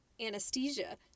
anesthesia